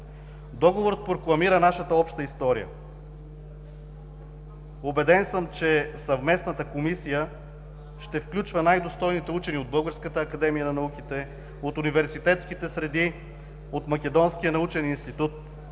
Договорът прокламира нашата обща история. Убеден съм, че съвместната комисия ще включва най-достойните учени от Българската академия на науките, от университетските среди, от Македонския научен институт,